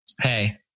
hey